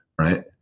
Right